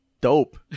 Dope